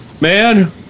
Man